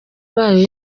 bayo